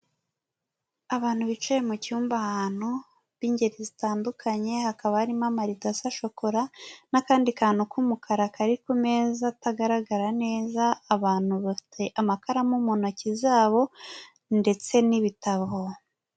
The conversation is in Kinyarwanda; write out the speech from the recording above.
Abantu bicaye mu cyumba ahantu, b'ingeri zitandukanye, hakaba harimo amarido asa shokora, n'akandi kantu k'umukara kari ku meza atagaragara neza, abantu bafite amakaramu mu ntoki zabo ndetse n'ibitabo.